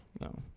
No